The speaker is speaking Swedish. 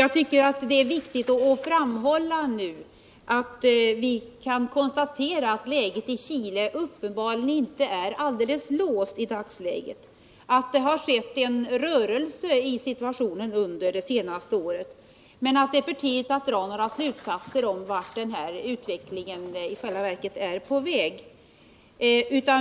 Jag tycker att det är viktigt att framhålla att läget i Chile f. n. uppenbarligen inte är alldeles låst, att det har skett en förändring i situationen under det senaste året, men att det är för tidigt att dra några slutsatser om vart denna utveckling i själva verket är på väg.